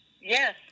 yes